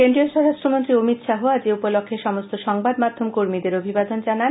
কেন্দ্রীয় স্বরাষ্ট্রমন্ত্রী অমিত শাহও আজ এ উপলক্ষে সমস্ত সংবাদ মাধ্যম কর্মীদের অভিবাদন জানান